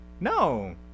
No